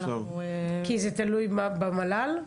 כי זה תלוי במל"ל?